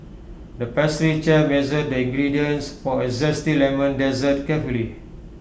the pastry chef measured the ingredients for A Zesty Lemon Dessert carefully